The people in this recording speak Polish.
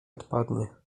odpadnie